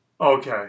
Okay